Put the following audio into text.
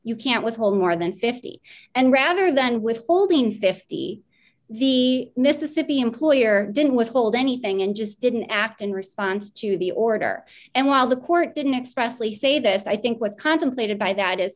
you can't withhold more than fifty and rather than withholding fifty the mississippi employer didn't withhold anything and just didn't act in response to the order and while the court didn't expressly say this i think what's contemplated by that i